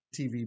TV